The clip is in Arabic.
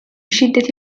شدة